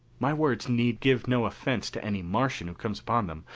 my words need give no offence to any martian who comes upon them.